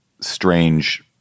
strange